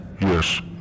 Yes